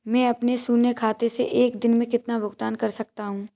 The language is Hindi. मैं अपने शून्य खाते से एक दिन में कितना भुगतान कर सकता हूँ?